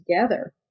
together